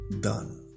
done